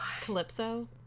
Calypso